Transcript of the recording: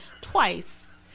Twice